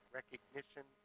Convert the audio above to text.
recognition